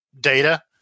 data